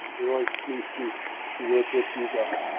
we're always pleased to to work with you guys.